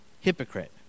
Hypocrite